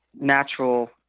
natural